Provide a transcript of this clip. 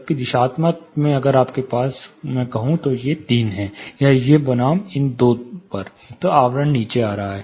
जबकि दिशात्मक मैं कि अगर आपके पास ये तीन हैं या ये बनाम इन दो पर तो आवरण नीचे आ रहा था